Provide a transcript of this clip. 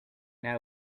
now